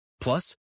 Plus